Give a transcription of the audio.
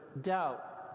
Doubt